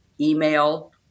email